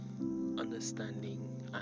understanding